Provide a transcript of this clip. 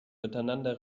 miteinander